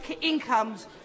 incomes